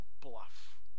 bluff